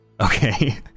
Okay